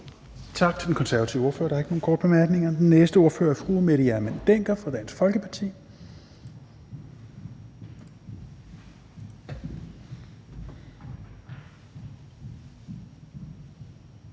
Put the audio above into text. Tak til den konservative ordfører. Der er ikke nogen korte bemærkninger. Den næste ordfører er fru Mette Hjermind Dencker fra Dansk Folkeparti.